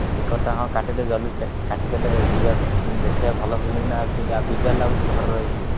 ଟିକେଟ୍ଟା ହଁ କାଟିଦେ ଜଲ୍ଦି କାଟିଦେଲେ ଯିବା ଫିଲ୍ମ ଦେଖିବାକୁ ଭଲ ଫିଲ୍ମଟା ଅଛି ଆଉ ବିଜାର ଲାଗୁଛି ଘରେ ରହିକି